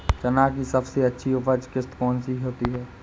चना की सबसे अच्छी उपज किश्त कौन सी होती है?